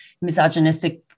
misogynistic